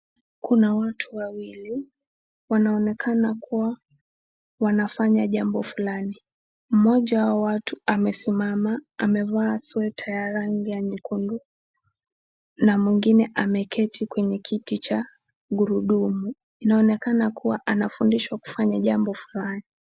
Kuna watu wawili wanaonekana kuwa wanafanya jambo fulani. Mmoja wa hao watu amesimama amevaa sweta ya rangi ya nyekundu na mwingine ameketi kwenye kiti cha gurudumu, inaonekana kuwa anafundishwa kufanya jambo fulani.